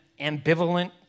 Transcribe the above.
ambivalent